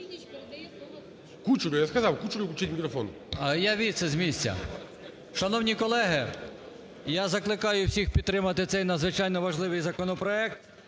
Я звідси, з місця. Шановні колеги, я закликаю всіх підтримати цей надзвичайно важливий законопроект.